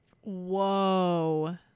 Whoa